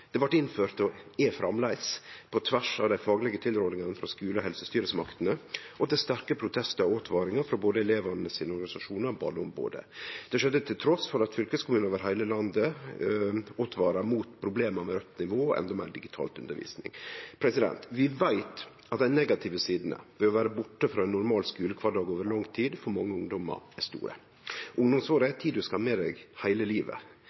frå skule- og helsestyresmaktene og til sterke protestar og åtvaringar frå både elevorganisasjonane og Barneombodet. Det skjedde trass i at fylkeskommunar over heile landet åtvara mot problema med raudt nivå og endå meir digital undervisning. Vi veit at dei negative sidene ved å vere borte frå ein normal skulekvardag over lang tid for mange ungdomar er store. Ungdomsåra er ei tid ein skal ha med seg heile livet.